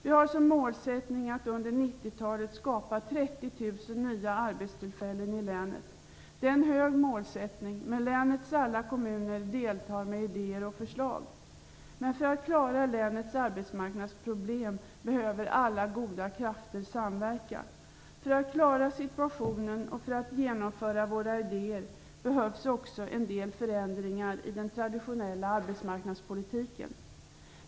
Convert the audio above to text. Vi har som mål att under 90-talet skapa 30 000 nya arbetstillfällen i länet. Det är ett högt satt mål, men länets alla kommuner deltar med idéer och förslag. För att klara länets arbetsmarknadsproblem behöver alla goda krafter samverka. För att klara situationen och för att genomföra våra idéer behövs också en del förändringar i den traditionella arbetsmarknadspolitiken.